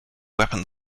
weapon